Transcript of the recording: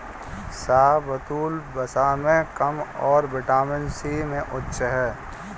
शाहबलूत, वसा में कम और विटामिन सी में उच्च है